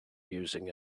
using